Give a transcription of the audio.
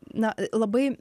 na labai